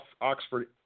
Oxford